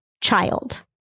child